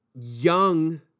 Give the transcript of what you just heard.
young